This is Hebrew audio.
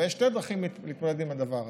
אבל יש שתי דרכים להתמודד עם הדבר הזה: